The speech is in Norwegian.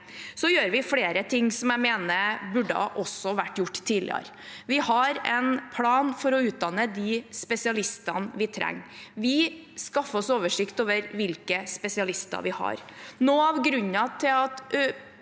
Vi gjør flere ting som jeg mener også burde vært gjort tidligere. Vi har en plan for å utdanne de spesialistene vi trenger. Vi skaffer oss oversikt over hvilke spesialister vi har.